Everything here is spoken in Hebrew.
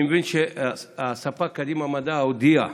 אני מבין שהספק, "קדימה מדע", הודיע,